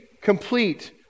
complete